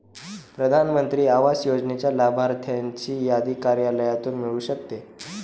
प्रधान मंत्री आवास योजनेच्या लाभार्थ्यांची यादी कार्यालयातून मिळू शकते